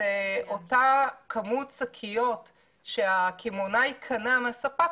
לדעת מה אותה כמות שקיות שהקמעונאי קנה מהספק